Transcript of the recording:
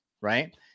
right